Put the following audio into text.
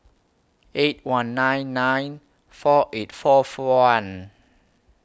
eight one nine nine four eight four one